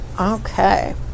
Okay